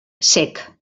sec